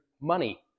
money